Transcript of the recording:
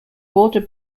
border